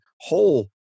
whole